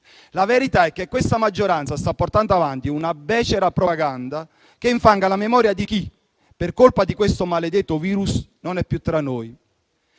La verità è che questa maggioranza sta portando avanti una becera propaganda, che infanga la memoria di chi, per colpa di questo maledetto virus, non è più tra noi.